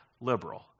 liberal